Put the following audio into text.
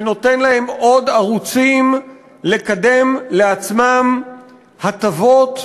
שנותן להם עוד ערוצים לקדם לעצמם הטבות,